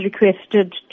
requested